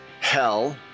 Hell